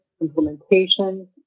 implementation